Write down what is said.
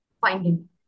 finding